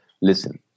listen